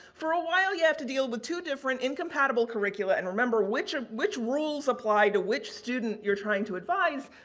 for a while, you have to deal with but two different incompatible curricula. and remember, which are, which rules apply to which student you're trying to advise,